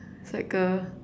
it's like a